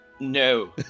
No